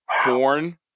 corn